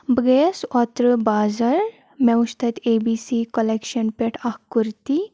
بہٕ گٔیَس اوترٕ بازر مےٚ وُچھ تَتہِ اے بی سی کلیکشَن پٮ۪ٹھ اَکھ کُرتی